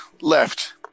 left